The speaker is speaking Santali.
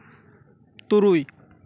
ᱛᱩᱨᱩᱭ